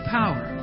power